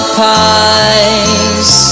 pies